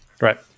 Right